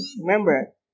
Remember